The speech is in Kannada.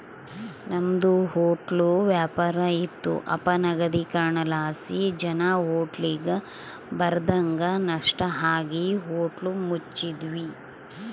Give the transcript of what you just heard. ನಮ್ದು ಹೊಟ್ಲ ವ್ಯಾಪಾರ ಇತ್ತು ಅಪನಗದೀಕರಣಲಾಸಿ ಜನ ಹೋಟ್ಲಿಗ್ ಬರದಂಗ ನಷ್ಟ ಆಗಿ ಹೋಟ್ಲ ಮುಚ್ಚಿದ್ವಿ